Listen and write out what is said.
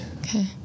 okay